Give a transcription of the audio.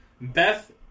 Beth